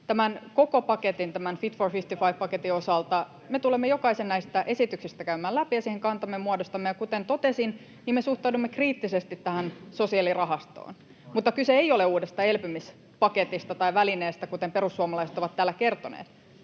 Tämän koko paketin, tämän Fit for 55 ‑paketin, osalta me tulemme jokaisen näistä esityksistä käymään läpi ja muodostamaan siihen kantamme. Kuten totesin, me suhtaudumme kriittisesti tähän sosiaalirahastoon, mutta kyse ei ole uudesta elpymispaketista tai ‑välineestä, kuten perussuomalaiset ovat täällä kertoneet.